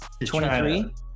23